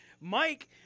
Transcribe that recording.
Mike